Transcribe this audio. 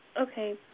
Okay